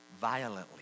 violently